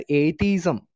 atheism